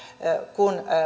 kun